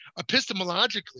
epistemologically